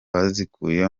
bazikuye